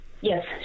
Yes